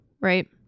Right